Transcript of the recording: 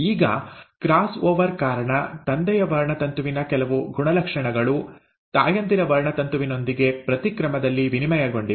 ಈಗ crossover ಕಾರಣ ತಂದೆಯ ವರ್ಣತಂತುವಿನ ಕೆಲವು ಗುಣಲಕ್ಷಣಗಳು ತಾಯಂದಿರ ವರ್ಣತಂತುವಿನೊಂದಿಗೆ ಪ್ರತಿಕ್ರಮದಲ್ಲಿ ವಿನಿಮಯಗೊಂಡಿವೆ